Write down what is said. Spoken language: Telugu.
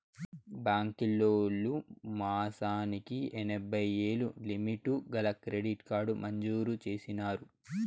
బాంకీలోల్లు మాసానికి ఎనభైయ్యేలు లిమిటు గల క్రెడిట్ కార్డు మంజూరు చేసినారు